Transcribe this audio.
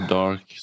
dark